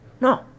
No